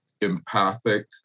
empathic